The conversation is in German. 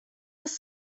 bis